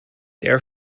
der